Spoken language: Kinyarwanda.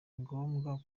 ngombwa